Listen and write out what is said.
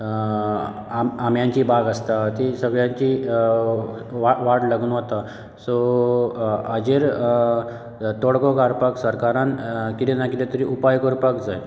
आंब्याची बाग आसता ती सगळ्याची वाट लागून वता सो हाचेर तोडगो काडपाक सरकारान कितें ना कितें उपाय करपाक जाय